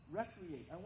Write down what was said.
recreate